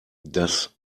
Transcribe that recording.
das